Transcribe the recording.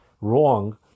wrong